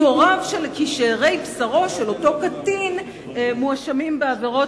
כי שארי בשרו של אותו קטין מואשמים בעבירות